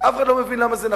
אף אחד לא מבין למה זה דחוף,